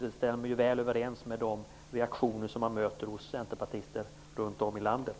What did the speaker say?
Det stämmer väl överens med de reaktioner som man möter hos centerpartister runt om i landet.